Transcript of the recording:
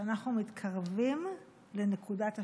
שאנחנו מתקרבים לנקודת השבר.